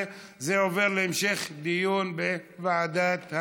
וזה עובר להמשך דיון בוועדת הכספים.